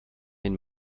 den